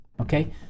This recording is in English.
okay